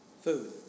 food